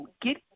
Get